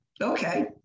okay